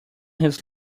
his